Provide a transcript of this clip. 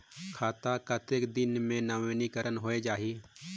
खाता कतेक दिन मे नवीनीकरण होए जाहि??